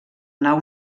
nau